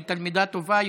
היא תלמידה טובה.